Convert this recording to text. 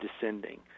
descending